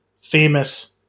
famous